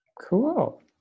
Cool